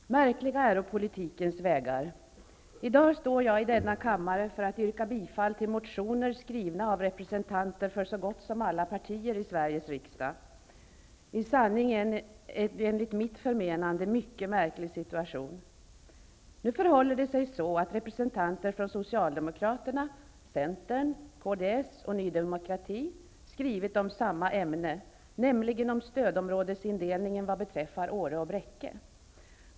Fru talman! Märkliga äro politikens vägar. I dag står jag i denna kammare för att yrka bifall till motioner skrivna av representanter för så gott som alla partier i Sveriges riksdag. Detta är en, enligt mitt förmenande, i sanning mycket märklig situation. Nu förhåller det sig så att representanter för Socialdemokraterna, Centern, Kds och Ny demokrati har skrivit om samma ämne, nämligen om stödområdesindelningen vad beträffar Åre och Bräcke.